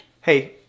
hey